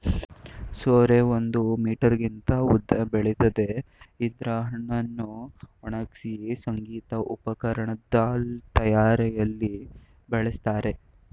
ಸೋರೆ ಒಂದು ಮೀಟರ್ಗಿಂತ ಉದ್ದ ಬೆಳಿತದೆ ಇದ್ರ ಹಣ್ಣನ್ನು ಒಣಗ್ಸಿ ಸಂಗೀತ ಉಪಕರಣದ್ ತಯಾರಿಯಲ್ಲಿ ಬಳಸ್ತಾರೆ